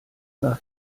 nach